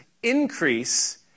increase